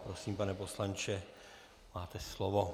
Prosím, pane poslanče, máte slovo.